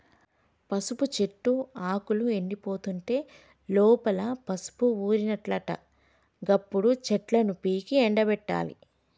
పసుపు చెట్టు ఆకులు ఎండిపోతుంటే లోపల పసుపు ఊరినట్లట గప్పుడు చెట్లను పీకి ఎండపెట్టాలి